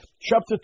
...chapter